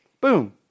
Boom